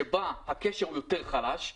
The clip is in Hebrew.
שבה הקשר חלש יותר,